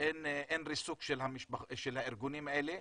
אין ריסוק של הארגונים האלה.